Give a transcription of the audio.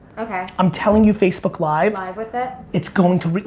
okay. i'm telling you facebook live. live with it. it's going to.